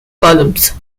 columns